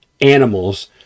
animals